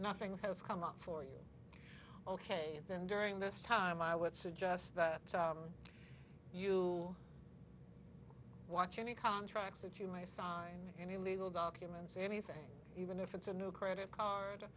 nothing has come up for you ok then during this time i would suggest that you watch any contracts that you my sign any legal documents anything even if it's a new credit card